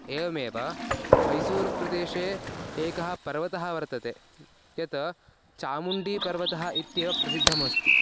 एवमेव मैसूरुप्रदेशे एकः पर्वतः वर्तते यत् चामुण्डीपर्वतः इत्येव प्रसिद्धः अस्ति